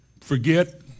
forget